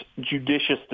judicious